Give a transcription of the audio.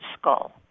skull